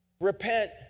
Repent